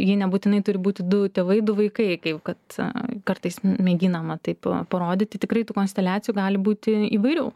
ji nebūtinai turi būti du tėvai du vaikai kai kad kartais mėginama taip parodyti tikrai tų konsteliacijų gali būti įvairių